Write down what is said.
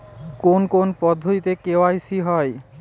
কোন কোন পদ্ধতিতে কে.ওয়াই.সি হয়?